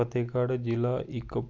ਫਤਿਹਗੜ੍ਹ ਜ਼ਿਲ੍ਹਾ ਇੱਕ